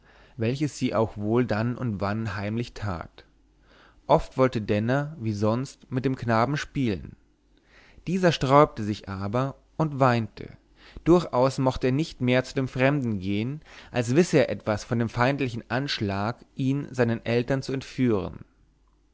welches sie auch wohl dann und wann heimlich tat oft wollte denner wie sonst mit dem knaben spielen dieser sträubte sich aber und weinte durchaus mochte er nicht mehr zu dem fremden gehen als wisse er etwas von dem feindlichen anschlag ihn seinen eltern zu entführen